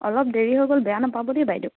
অলপ দেৰি হৈ গ'ল বেয়া নাপাব দেই বাইদেউ